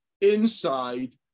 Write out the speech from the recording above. inside